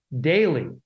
daily